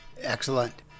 Excellent